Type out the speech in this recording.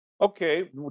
okay